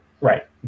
Right